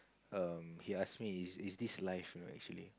um he asked me is is this life fair actually